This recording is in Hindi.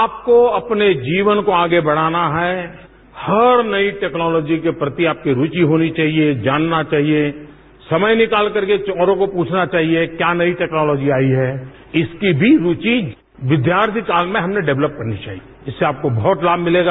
आपको अपने जीवन को आगे बढ़ाना है हर नई टेक्नोलाजी के प्रति आपकी रूचि होनी चाहिए जानना चाहिए समय निकाल करके ओरों को पूछना चाहिए क्या नई टेक्नोलाजी आई है इसकी भी रूचि विद्यार्थी काल में हममें डेवलप होनी चाहिए इससे आपको बहुत लाभ मिलेगा